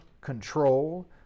control